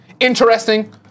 Interesting